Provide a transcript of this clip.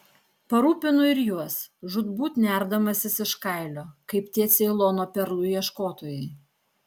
parūpinu ir juos žūtbūt nerdamasis iš kailio kaip tie ceilono perlų ieškotojai